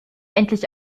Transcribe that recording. endlich